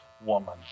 woman